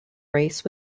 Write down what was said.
race